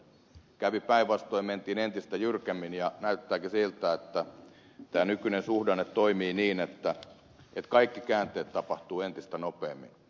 kävi päinvastoin mentiin entistä jyrkemmin ja näyttääkin siltä että tämä nykyinen suhdanne toimii niin että kaikki käänteet tapahtuvat entistä nopeammin